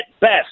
best